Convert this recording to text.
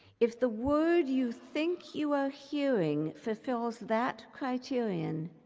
if the word you think you are hearing fulfills that criterion,